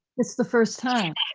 it's the first time.